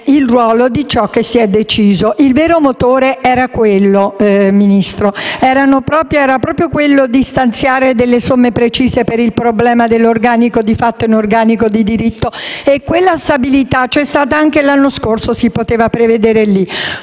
Il vero motore, Ministro, era proprio quello di stanziare delle somme precise per il problema dell'organico di fatto e dell'organico di diritto e la legge di stabilità c'è stata anche l'anno scorso, si poteva prevedere lì.